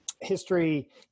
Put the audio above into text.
history